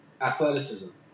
athleticism